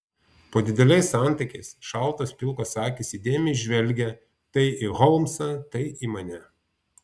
po dideliais antakiais šaltos pilkos akys įdėmiai žvelgė tai į holmsą tai į mane